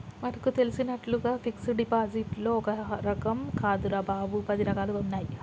మనకు తెలిసినట్లుగా ఫిక్సడ్ డిపాజిట్లో ఒక్క రకం కాదురా బాబూ, పది రకాలుగా ఉన్నాయి